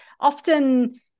often